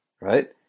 right